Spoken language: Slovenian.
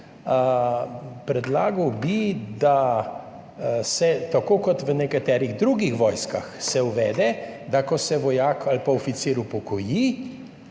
smiselno, da se tako kot v nekaterih drugih vojskah uvede, da ko se vojak ali pa oficir upokoji,